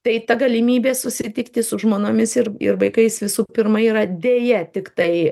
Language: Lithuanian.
tai ta galimybė susitikti su žmonomis ir vaikais visų pirma yra deja tiktai